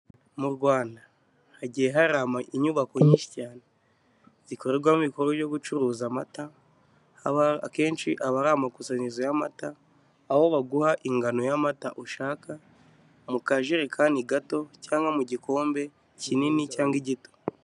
Mu rwanda hagiye hara inyubako nyinshi cyane zikoremo ibikorwa byo gucuruza amata akenshi aba ari amakusanyirizo y'amata aho baguha ingano y'amata ushaka mu kajerekani gato cyangwa mu gikombe kinini cyangwa igito.